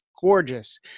gorgeous